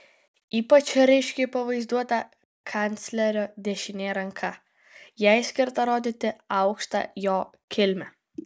ypač raiškiai pavaizduota kanclerio dešinė ranka jai skirta rodyti aukštą jo kilmę